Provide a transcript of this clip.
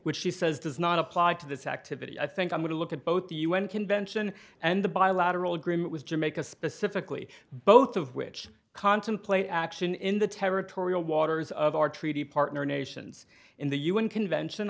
which she says does not apply to this activity i think i'm going to look at both the un convention and the bilateral agreement with jamaica specifically both of which contemplate action in the territorial waters of our treaty partner nations in the un convention